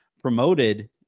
promoted